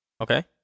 Okay